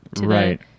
right